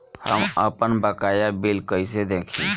हम आपनबकाया बिल कइसे देखि?